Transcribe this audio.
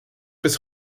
bis